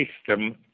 system